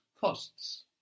costs